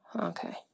okay